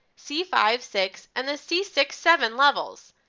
c five six and the c six seven levels.